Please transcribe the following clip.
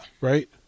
Right